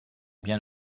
bien